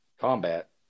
combat